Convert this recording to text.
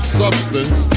substance